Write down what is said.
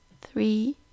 three